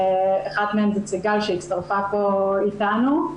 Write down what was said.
אחת מהן נציגה שהצטרפה פה אלינו.